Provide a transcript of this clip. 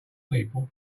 people